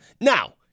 Now